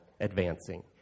advancing